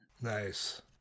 nice